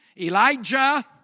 Elijah